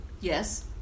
Yes